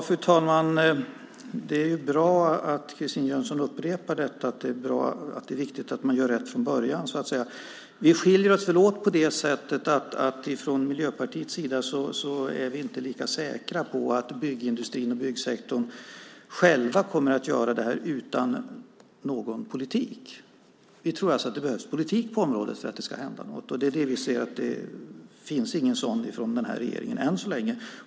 Fru talman! Det är bra att Christine Jönsson upprepar att det är viktigt att göra rätt från början. Vi skiljer oss väl åt såtillvida att vi i Miljöpartiet inte är lika säkra på att byggindustrin och byggsektorn själva kommer att göra det här om det inte finns en politik för det. Vi tror alltså att det behövs en politik på området för att något ska hända. Vi ser ju att det än så länge inte finns någon sådan från den här regeringen.